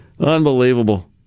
Unbelievable